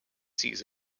sees